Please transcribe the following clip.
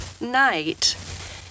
night